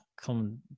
come